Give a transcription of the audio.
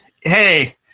hey